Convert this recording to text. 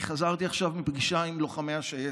אני חזרתי עכשיו מפגישה עם לוחמי השייטת.